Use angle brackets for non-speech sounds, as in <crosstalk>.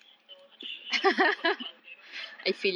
so I just like walk past them <laughs>